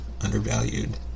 undervalued